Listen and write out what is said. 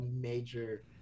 major